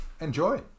Enjoy